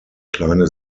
kleine